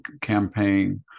campaign